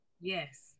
Yes